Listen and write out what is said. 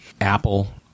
Apple